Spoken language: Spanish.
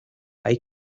hay